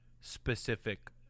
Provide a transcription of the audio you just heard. specific